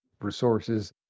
resources